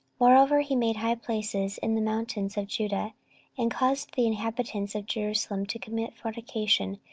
moreover he made high places in the mountains of judah and caused the inhabitants of jerusalem to commit fornication,